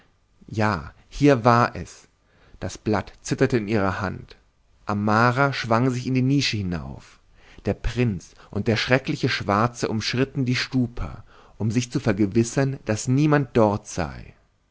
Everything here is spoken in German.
ja hier war es das blatt zitterte in ihrer hand amara schwang sich in die leere nische hinauf der prinz und der schreckliche schwarze umschritten die stupa um sich zu vergewissern daß niemand dort sei